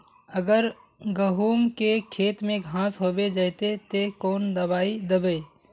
अगर गहुम के खेत में घांस होबे जयते ते कौन दबाई दबे?